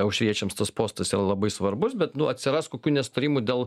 aušriečiams tas postas yra labai svarbus bet nu atsiras kokių nesutarimų dėl